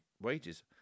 wages